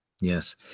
yes